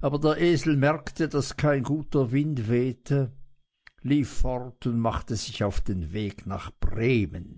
aber der esel merkte daß kein guter wind wehte lief fort und machte sich auf den weg nach bremen